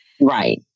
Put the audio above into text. Right